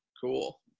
Cool